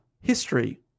History